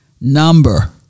number